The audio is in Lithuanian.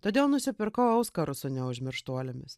todėl nusipirkau auskarus su neužmirštuolėmis